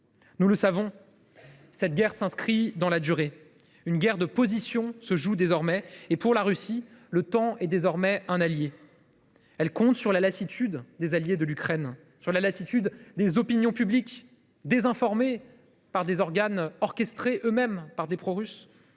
Nous le savons, cette guerre s’inscrit dans la durée : une guerre de positions se joue dorénavant. Pour la Russie, le temps est désormais un allié. Elle compte sur la lassitude des amis de l’Ukraine et des opinions publiques désinformées par des organes orchestrés par des prorusses.